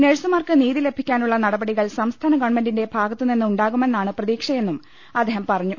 നഴ്സുമാർക്ക് നീതി ലഭിക്കാനുള്ള നടപടികൾ സംസ്ഥാന ഗവൺമെന്റിന്റെ ഭാഗത്തുനിന്ന് ഉണ്ടാവുമെന്നാണ് പ്രതീക്ഷയെന്നും അദ്ദേഹം പറഞ്ഞു